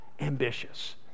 ambitious